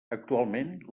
actualment